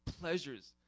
pleasures